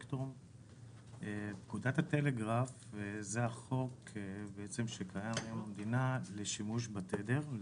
פקודת הטלגרף זה החוק שקיים במדינה לשימוש בתדר,